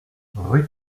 rue